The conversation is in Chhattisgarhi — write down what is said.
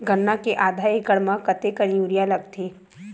गन्ना के आधा एकड़ म कतेकन यूरिया लगथे?